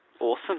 Awesome